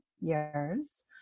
years